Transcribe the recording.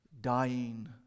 dying